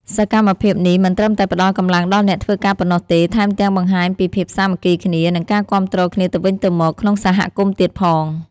សកម្មភាពនេះមិនត្រឹមតែផ្តល់កម្លាំងដល់អ្នកធ្វើការប៉ុណ្ណោះទេ ថែមទាំងបង្ហាញពីភាពសាមគ្គីគ្នា និងការគាំទ្រគ្នាទៅវិញទៅមកក្នុងសហគមន៍ទៀតផង។